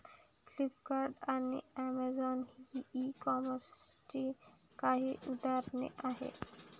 Flipkart आणि Amazon ही e कॉमर्सची काही उदाहरणे आहे